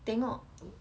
tengok